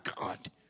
God